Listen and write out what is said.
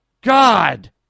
God